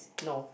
no